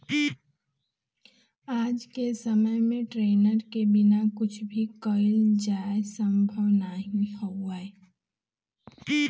आज के समय में ट्रेक्टर के बिना कुछ भी कईल जाये संभव नाही हउवे